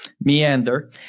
meander